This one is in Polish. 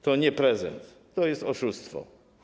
To nie prezent, to jest oszustwo.